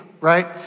right